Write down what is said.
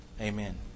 Amen